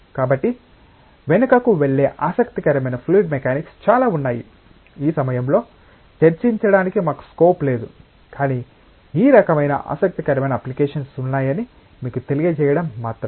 కాబట్టి వెనుకకు వెళ్ళే ఆసక్తికరమైన ఫ్లూయిడ్ మెకానిక్స్ చాలా ఉన్నాయి ఈ సమయంలో చర్చించడానికి మాకు స్కోప్ లేదు కానీ ఈ రకమైన ఆసక్తికరమైన అప్లికేషన్స్ ఉన్నాయని మీకు తెలియజేయడం మాత్రమే